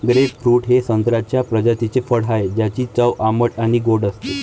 grapefruit हे संत्र्याच्या प्रजातीचे फळ आहे, ज्याची चव आंबट आणि गोड असते